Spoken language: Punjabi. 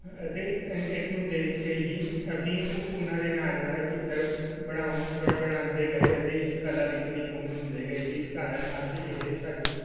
ਅਤੇ ਇਸਨੂੰ ਦੇਖ ਕੇ ਹੀ ਅਸੀਂ ਉ ਉਨ੍ਹਾਂ ਦੇ ਨਾਲ ਨਾਲ ਚਿੱਤਰ ਬਣਾਉ ਬਣਾਉਂਦੇ ਗਏ ਅਤੇ ਇਸ ਕਲਾ ਵਿੱਚ ਨਿਪੁੰਨ ਹੁੰਦੇ ਗਏ ਜਿਸ ਕਾਰਨ ਅੱਜ ਇਹ ਸਾਡੀ